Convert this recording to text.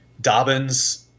Dobbins –